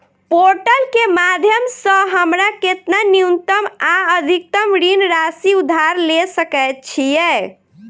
Portal केँ माध्यम सऽ हमरा केतना न्यूनतम आ अधिकतम ऋण राशि उधार ले सकै छीयै?